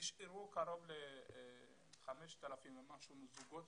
נשארו קרוב ל-5,000 זוגות